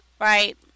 right